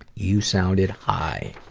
you sounded high!